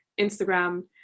Instagram